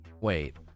Wait